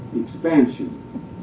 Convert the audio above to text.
expansion